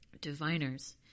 diviners